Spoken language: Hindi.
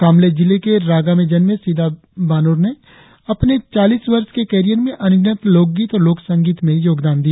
कामले जिले के रागा में जन्मे सिदा बेनोर ने अपने चालीस वर्ष के कैरियर में अनगिनत लोकगीत और लोक संगीत में योगदान दिया